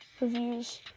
reviews